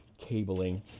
Cabling